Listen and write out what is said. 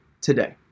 today